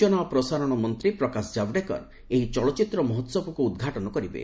ସୂଚନା ଓ ପ୍ରସାରଣ ମନ୍ତ୍ରୀ ପ୍ରକାଶ ଜାଭଡେକର ଏହି ଚଳଚ୍ଚିତ୍ର ମହୋହବକୁ ଉଦ୍ଘାଟନ କରିବେ